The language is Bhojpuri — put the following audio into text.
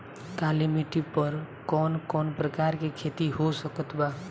काली मिट्टी पर कौन कौन प्रकार के खेती हो सकत बा?